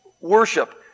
worship